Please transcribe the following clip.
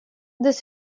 this